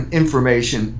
information